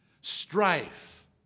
strife